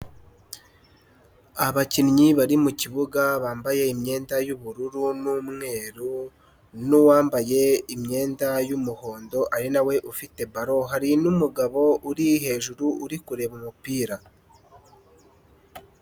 Abakinnyi bari mukibuga bambaye imyenda y'ubururu n'umweru, n'uwambaye imyenda y'umuhondo ari nawe ufite balo hari n'umugabo uri hejuru uri kureba umupira.